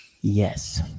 Yes